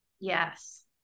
Yes